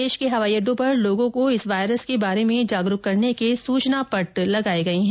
देश के हवाईअड्डों पर लोगों को इस वायरस के बारे में जागरूक करने के सूचना पट्ट लगाये गये है